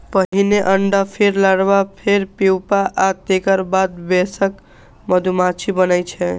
पहिने अंडा, फेर लार्वा, फेर प्यूपा आ तेकर बाद वयस्क मधुमाछी बनै छै